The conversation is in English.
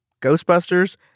Ghostbusters